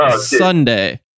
Sunday